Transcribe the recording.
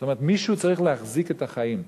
זאת אומרת מישהו צריך להחזיק את החיים.